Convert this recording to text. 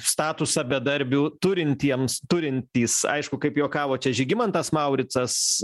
statusą bedarbių turintiems turintys aišku kaip juokavo čia žygimantas mauricas